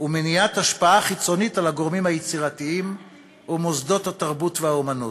ומניעת השפעה חיצונית על הגורמים היצירתיים ומוסדות התרבות והאמנות.